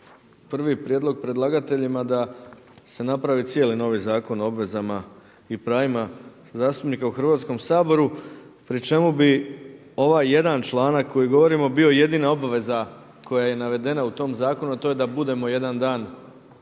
prvi prijedlog predlagateljima da se napravi cijeli novi Zakon o obvezama i pravima zastupnika u Hrvatskom saboru pri čemu bi ovaj jedan članak koji govorimo bio jedina obveza koja je i navedena u tom zakonu a to je da budemo jedan dan u